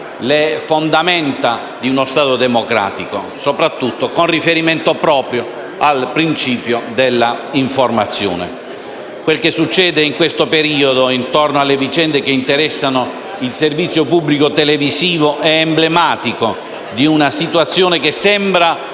le fondamenta di uno Stato democratico, soprattutto con riferimento proprio al principio dell'informazione. Quel che succede in questo periodo intorno alle vicende che interessano il servizio pubblico televisivo è emblematico di una situazione che sembra